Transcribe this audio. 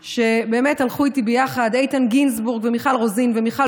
שהלכו איתי ביחד: איתן גינזבורג ומיכל רוזין ומיכל